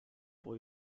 pour